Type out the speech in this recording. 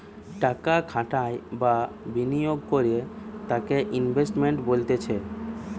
টাকা খাটাই বা বিনিয়োগ করে তাকে ইনভেস্টমেন্ট বলতিছে